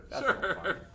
Sure